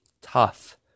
tough